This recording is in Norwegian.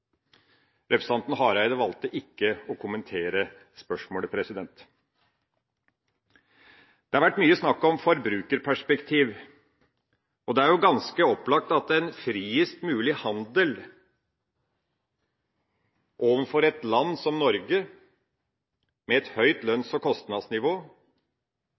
Representanten Hareide valgte å ikke kommentere spørsmålet. Det har vært mye snakk om forbrukerperspektiv. Det er jo ganske opplagt at en friest mulig handel overfor et land som Norge, med et høyt lønns- og kostnadsnivå,